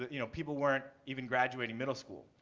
you know, people weren't even graduating middle school,